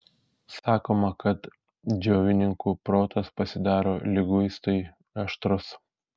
sakoma kad džiovininkų protas pasidaro liguistai aštrus